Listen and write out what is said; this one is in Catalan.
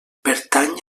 pertany